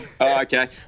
Okay